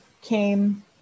came